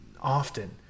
often